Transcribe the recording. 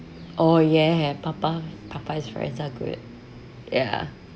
oh yeah have popeye popeyes fries are good